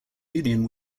union